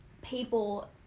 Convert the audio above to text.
People